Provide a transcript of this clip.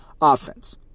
offense